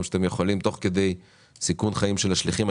שאתם יכולים תוך כדי סיכון חיים של השליחים.